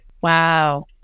Wow